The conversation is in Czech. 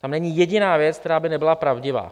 Tam není jediná věc, která by nebyla pravdivá.